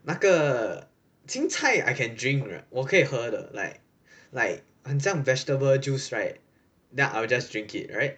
那个青菜 I can drink right 我可以喝的 like like 很像 vegetable juice right then I will just drink it right